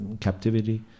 captivity